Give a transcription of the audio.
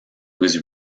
was